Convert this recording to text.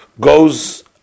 goes